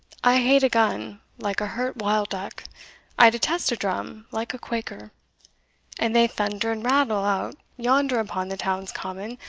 i hate a gun like a hurt wild duck i detest a drum like a quaker and they thunder and rattle out yonder upon the town's common,